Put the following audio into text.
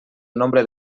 nombre